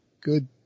good